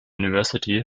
university